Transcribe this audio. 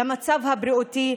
על המצב הבריאותי,